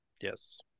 Yes